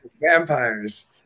Vampires